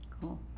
Cool